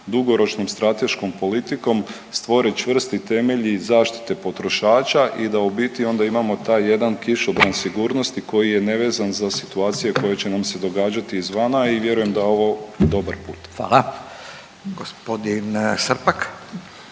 dugoročnom strateškom politikom stvore čvrsti temelji zaštite potrošača i da u biti onda imamo taj jedan kišobran sigurnosti koji je nevezan za situacije koje će nam se događati izvana i vjerujem da je ovo dobar put. **Radin,